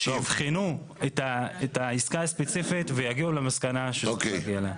שיבחנו את העסקה הספציפית ויגיעו למסקנה שצריך להגיע אליה.